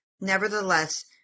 Nevertheless